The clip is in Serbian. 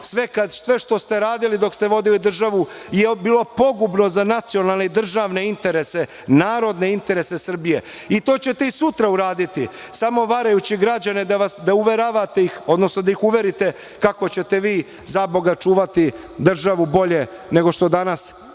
Sve što ste radili dok ste vodili državu je bilo pogubno za nacionalne i državne interese, narodne interese Srbije i to ćete i sutra uraditi, samo varajući građane da ih uverite kako ćete vi zaboga čuvati državu bolje nego što danas